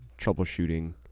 troubleshooting